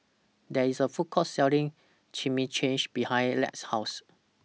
There IS A Food Court Selling Chimichangas behind Lex's House